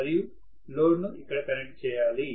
మరియు లోడ్ను ఇక్కడ కనెక్ట్ చేయాలి